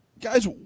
guys